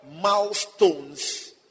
milestones